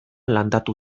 landatu